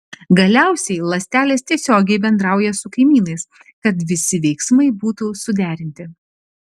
galiausiai ląstelės tiesiogiai bendrauja su kaimynais kad visi veiksmai būtų suderinti